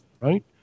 right